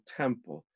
temple